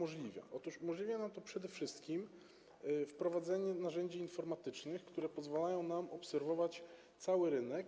Otóż umożliwia nam to przede wszystkim wprowadzenie narzędzi informatycznych, które pozwalają nam obserwować cały rynek.